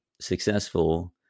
successful